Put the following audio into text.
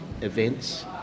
events